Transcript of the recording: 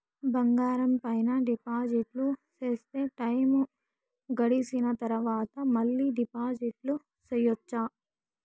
బంగారం పైన డిపాజిట్లు సేస్తే, టైము గడిసిన తరవాత, మళ్ళీ డిపాజిట్లు సెయొచ్చా?